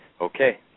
Okay